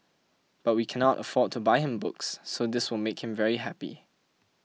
but we can not afford to buy him books so this will make him very happy